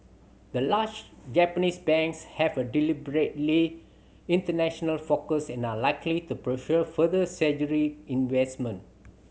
the large Japanese banks have a deliberately international focus and are likely to pursue further investment